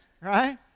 right